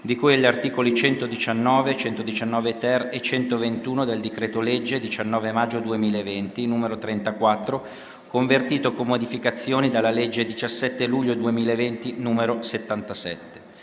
di cui agli articoli 119, 119-*ter* e 121 del decreto-legge 19 maggio 2020, n. 34, convertito, con modificazioni, dalla legge 17 luglio 2020, n. 77.